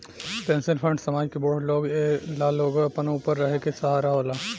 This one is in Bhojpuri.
पेंशन फंड समाज के बूढ़ लोग ला एगो अपना ऊपर रहे के सहारा होला